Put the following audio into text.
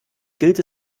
gilt